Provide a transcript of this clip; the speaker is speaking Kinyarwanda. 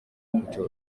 kucyo